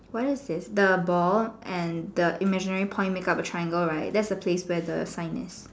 where is this the ball and the imaginary point make up a triangle right that's the place where the sign is